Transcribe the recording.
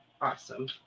awesome